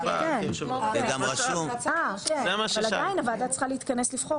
אבל עדיין הוועדה צריכה להתכנס לבחור.